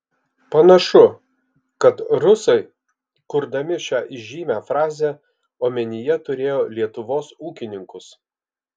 panašu kad rusai kurdami šią įžymią frazę omenyje turėjo lietuvos ūkininkus